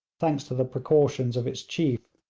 thanks to the precautions of its chief